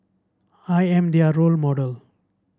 I am their role model